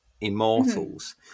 immortals